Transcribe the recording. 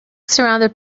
surrounded